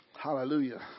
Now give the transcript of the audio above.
Hallelujah